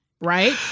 right